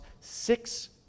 six